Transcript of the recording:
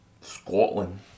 Scotland